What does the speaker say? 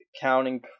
Counting